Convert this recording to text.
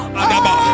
adaba